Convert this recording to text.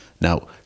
now